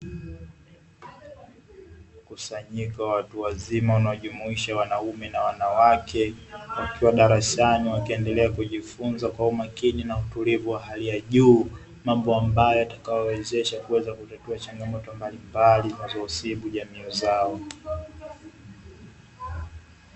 Mkusanyiko wa watu wazima unaojumuisha wanaume na wanawake wakiwa darasani wakiendelea kujifunza kwa umakini na utulivu wa hali juu, mambo ambayo yatakayowawezesha kuweza kutatua changamoto mbalimbali zinazosibu jamii zao.